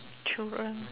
children